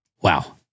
Wow